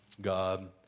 God